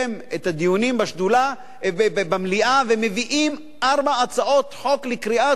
הדיונים במליאה ומביאים ארבע הצעות חוק לקריאה טרומית,